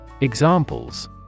Examples